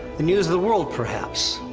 the news of the world, perhaps.